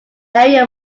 area